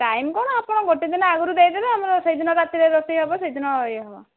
time କଣ ଆପଣ ଗୋଟିଏ ଦିନ ଆଗରୁ ଦେଇଦେବେ ଆମର ସେହିଦିନ ରାତିରେ ରୋଷେଇ ହେବ ସେହିଦିନ ଇଏ ହେବ